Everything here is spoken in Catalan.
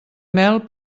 mel